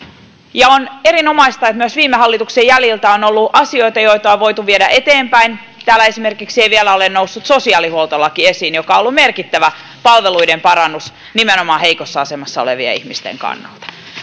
on erinomaista että myös viime hallituksen jäljiltä on ollut asioita joita on voitu viedä eteenpäin täällä esimerkiksi ei vielä ole noussut sosiaalihuoltolaki esiin joka on ollut merkittävä palveluiden parannus nimenomaan heikossa asemassa olevien ihmisten kannalta